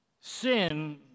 sin